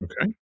Okay